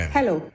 Hello